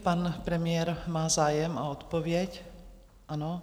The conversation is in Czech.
Pan premiér má zájem o odpověď, ano.